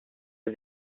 les